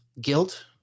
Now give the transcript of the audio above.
Guilt